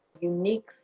unique